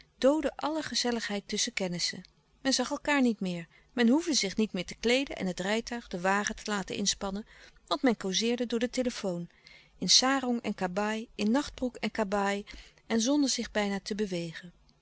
doodde alle gezelligheid tusschen kennissen men zag elkaâr niet meer men hoefde zich niet meer te kleeden en het rijtuig de wagen te laten inspannen want men cauzeerde door de telefoon in sarong en kabaai in nachtbroek en kabaai en zonder zich bijna te bewegen